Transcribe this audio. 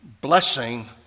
blessing